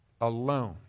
alone